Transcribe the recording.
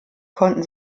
konnten